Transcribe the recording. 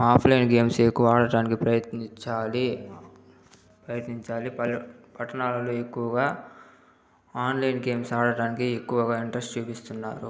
offline games ఏ ఎక్కువ ఆడటానికి ప్రయత్నించాలి ప్రయత్నించాలి పల్లె పట్టణాల్లో ఎక్కువగా ఆన్లైన్ గేమ్స్ ఆడటానికి ఎక్కువగా ఇంట్రెస్ట్ చూపిస్తున్నారు